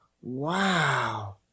Wow